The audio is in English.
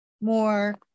more